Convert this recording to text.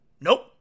Nope